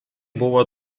buvo